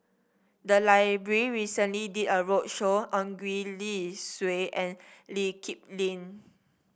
the library recently did a roadshow on Gwee Li Sui and Lee Kip Lin